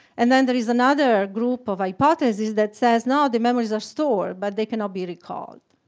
and then there is another group of hypotheses that says, no, the memories are stored, but they cannot be recalled.